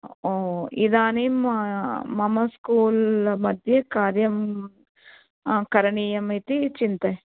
ओ इदानीं मम स्कूल् मध्ये कार्यं करणीयम् इति चिन्तय